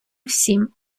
всім